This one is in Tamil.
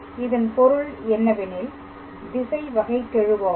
இதன் பொருள் என்னவெனில் திசை வகைக்கெழுவகும்